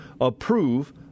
approve